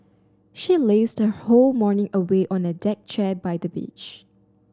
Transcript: she lazed her whole morning away on a deck chair by the beach